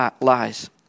lies